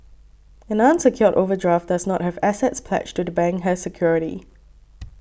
an unsecured overdraft does not have assets pledged to the bank as security